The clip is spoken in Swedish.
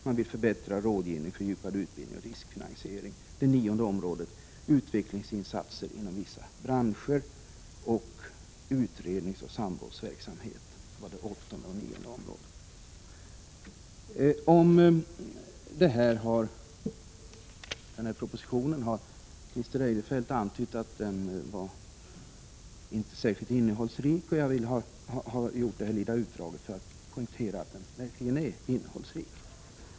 Man vill förbättra rådgivning, fördjupad utbildning och riskfinansiering. De två sista områdena gäller utvecklingsinsatser inom vissa branscher samt utredningsoch samrådsverksamheten. Christer Eirefelt har antytt att denna proposition inte var särskilt innehållsrik. Jag ville göra detta lilla utdrag för att poängtera att den verkligen är innehållsrik.